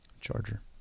charger